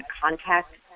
contact